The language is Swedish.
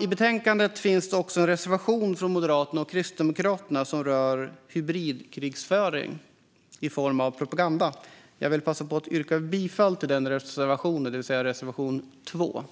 I betänkandet finns också en reservation från Moderaterna och Kristdemokraterna som rör hybridkrigföring i form av propaganda. Jag vill passa på att yrka bifall till den reservationen, det vill säga reservation 2.